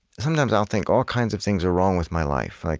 sometimes, i'll think all kinds of things are wrong with my life. like